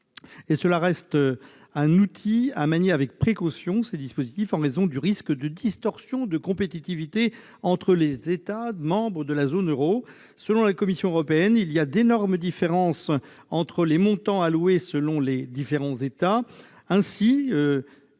lieu, cet outil est à manier avec précaution, en raison du risque de distorsion de compétitivité entre les États membres de la zone euro. Selon la Commission européenne, il y a d'énormes différences entre les montants d'aides alloués selon les États